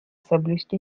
соблюсти